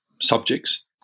subjects